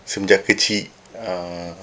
semenjak kecil uh